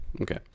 Okay